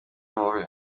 impuhwe